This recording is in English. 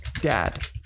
dad